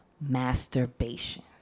masturbation